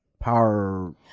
Power